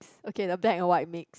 okay the black and white mix